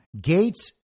Gates